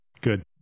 Good